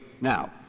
Now